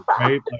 Right